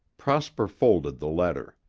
prosper folded the letter.